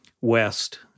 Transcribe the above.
west